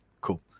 cool